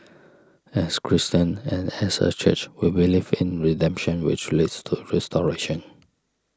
as Christians and as a church we believe in redemption which leads to restoration